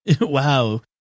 Wow